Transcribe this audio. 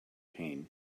pain